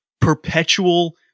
perpetual